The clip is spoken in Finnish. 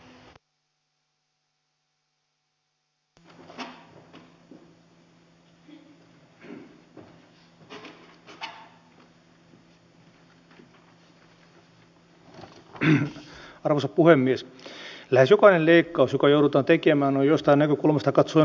oletettiin että siitä tuli rahaa mutta samalla sahattiin itseltä oksaa pois